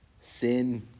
Sin